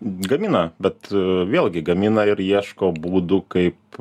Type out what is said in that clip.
gamina bet vėlgi gamina ir ieško būdų kaip